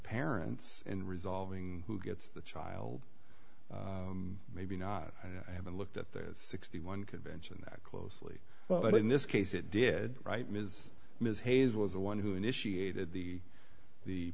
parents in resolving who gets the child maybe not and i haven't looked at the sixty one convention that closely but in this case it did right ms ms hayes was the one who initiated the the